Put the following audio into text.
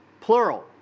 plural